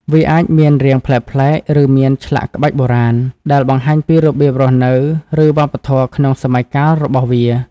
វាអាចមានរាងប្លែកៗ ឬមានឆ្លាក់ក្បាច់បុរាណ ដែលបង្ហាញពីរបៀបរស់នៅ ឬវប្បធម៌ក្នុងសម័យកាលរបស់វា។